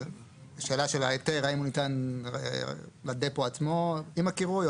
השאלה של ההיתר, אם הוא ניתן לדפו עצמו עם הקירוי.